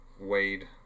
Wade